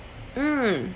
mm